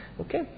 Okay